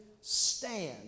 stand